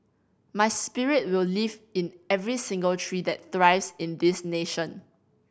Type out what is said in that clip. my spirit will live in every single tree that thrives in this nation